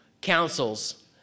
councils